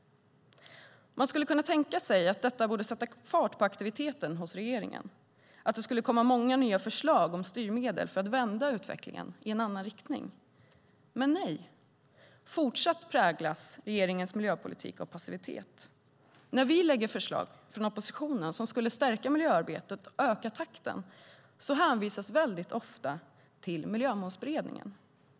Man skulle kunna tänka sig att detta borde sätta fart på aktiviteten hos regeringen, att det skulle komma många nya förslag om styrmedel för att vända utvecklingen i en annan riktning. Men nej. Regeringens miljöpolitik fortsätter att präglas av passivitet. När vi i oppositionen lägger fram förslag som skulle stärka miljöarbetet, öka takten, hänvisas väldigt ofta till Miljömålsberedningen.